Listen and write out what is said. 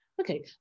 Okay